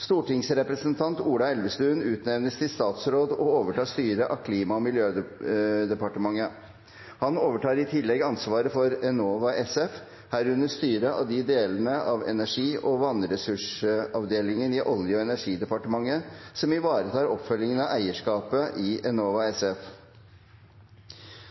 Stortingsrepresentant Ola Elvestuen utnevnes til statsråd og overtar styret av Klima- og miljødepartementet. Han overtar i tillegg ansvaret for Enova SF, herunder styret av de delene av Energi- og vannressursavdelingen i Olje- og energidepartementet som ivaretar oppfølgingen av eierskapet i Enova SF.